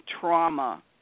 trauma